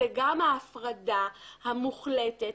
וגם ההפרדה המוחלטת,